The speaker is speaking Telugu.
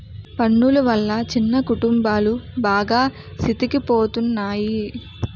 పన్నులు వల్ల చిన్న కుటుంబాలు బాగా సితికిపోతున్నాయి